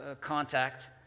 contact